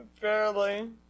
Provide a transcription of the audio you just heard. Barely